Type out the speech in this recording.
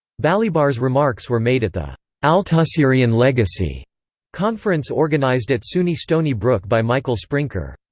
balibar's remarks were made at the althusserian legacy conference organized at suny stony brook by michael sprinker.